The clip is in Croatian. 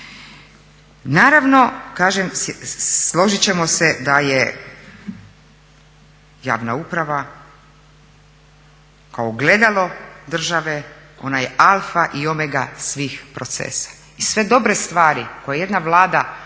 Naravno kažem složit ćemo se da je javna uprava kao ogledalo države, ona je alfa i omega svih procesa i sve dobre stvari koje jedna Vlada donosi